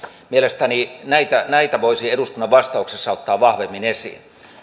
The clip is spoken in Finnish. mielestäni näitä näitä voisi eduskunnan vastauksessa ottaa vahvemmin esiin